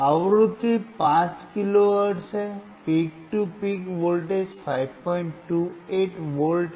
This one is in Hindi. आवृत्ति 5 किलो हर्ट्ज है peak to peak voltage 528V है